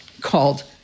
called